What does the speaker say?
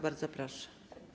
Bardzo proszę.